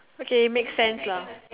okay makes sense lah